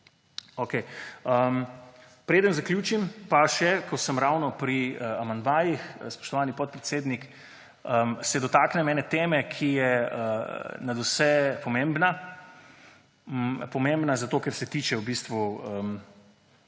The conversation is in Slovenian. Preden zaključim, se, ko sem ravno pri amandmajih, spoštovani podpredsednik, dotaknem ene teme, ki je nadvse pomembna. Pomembna zato, ker se tiče dobesedno